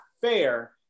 fair